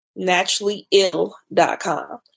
naturallyill.com